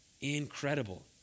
Incredible